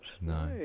No